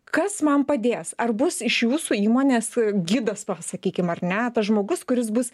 a kas man padės ar bus iš jūsų įmonės gidas sakykime ar ne tas žmogus kuris bus